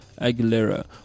Aguilera